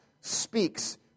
speaks